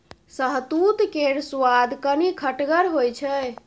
शहतुत केर सुआद कनी खटगर होइ छै